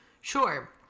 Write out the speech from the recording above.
sure